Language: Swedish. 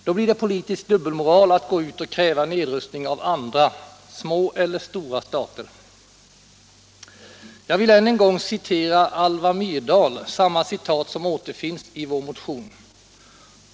Då blir det politisk dubbelmoral att gå ut och kräva nedrustning av andra, små eller stora stater. område Jag vill här citera Alva Myrdal, samma citat som återfinns i vår motion.